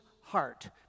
heart